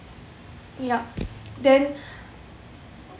yup then